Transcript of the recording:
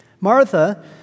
Martha